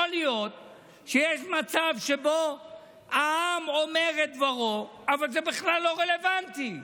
יכול להיות שיש מצב שבו העם אומר את דברו אבל זה בכלל לא רלוונטי.